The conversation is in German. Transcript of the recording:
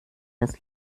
dass